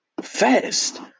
fast